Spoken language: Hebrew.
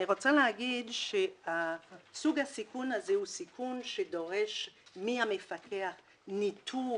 אני רוצה להגיד שסוג הסיכון הזה הוא סיכון שדורש מהמפקח ניטור